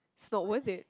it's not worth it